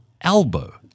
elbow